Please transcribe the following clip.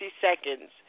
seconds